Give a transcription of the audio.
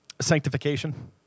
Sanctification